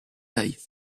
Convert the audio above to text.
taille